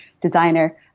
designer